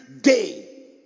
day